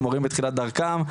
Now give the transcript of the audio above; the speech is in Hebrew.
או מורים בתחילת דרכם.